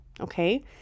okay